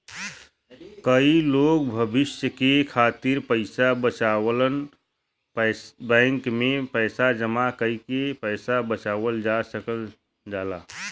कई लोग भविष्य के खातिर पइसा बचावलन बैंक में पैसा जमा कइके पैसा बचावल जा सकल जाला